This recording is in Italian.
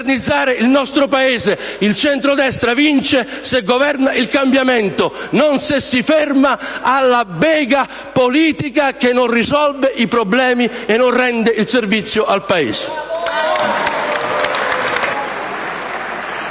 Il centrodestra vince se governa il cambiamento, non se si ferma alla bega politica che non risolve i problemi e non rende il servizio al Paese.